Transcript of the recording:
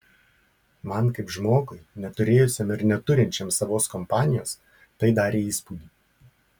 man kaip žmogui neturėjusiam ir neturinčiam savos kompanijos tai darė įspūdį